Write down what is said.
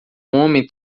homem